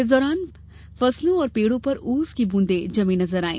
इस दौरान फसलों और पेड़ों पर ओस की बूंदे जमी नजर आई